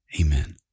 Amen